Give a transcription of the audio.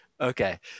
Okay